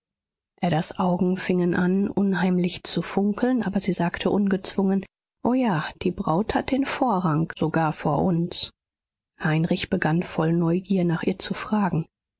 adas augen fingen an unheimlich zu funkeln aber sie sagte ungezwungen o ja die braut hat den vorrang sogar vor uns heinrich begann voll neugier nach ihr zu fragen